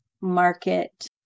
market